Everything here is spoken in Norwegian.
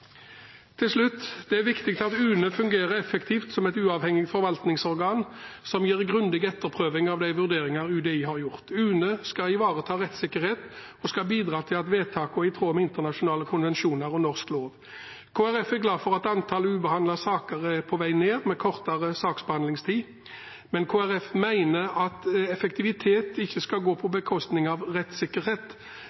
Til slutt: Det er viktig at UNE fungerer effektivt som et uavhengig forvaltningsorgan som gjør grundig etterprøving av de vurderingene UDI har gjort. UNE skal ivareta rettssikkerhet og bidra til at vedtakene er i tråd med internasjonale konvensjoner og norsk lov. Kristelig Folkeparti er glad for at antallet ubehandlede saker er på vei ned, med kortere saksbehandlingstid. Men Kristelig Folkeparti mener at effektivitet ikke skal gå på